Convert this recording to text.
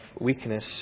weakness